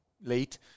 late